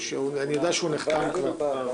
אני יודע שהוא נחתם כבר.